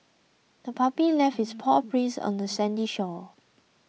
the puppy left its paw prints on the sandy shore